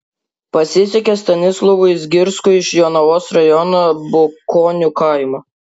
pasisekė stanislovui zgirskui iš jonavos rajono bukonių kaimo